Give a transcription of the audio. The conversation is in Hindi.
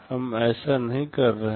हम ऐसा नहीं कर रहे हैं